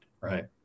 Right